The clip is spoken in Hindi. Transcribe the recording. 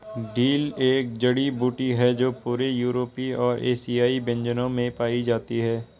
डिल एक जड़ी बूटी है जो पूरे यूरोपीय और एशियाई व्यंजनों में पाई जाती है